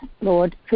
Lord